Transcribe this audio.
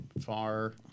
far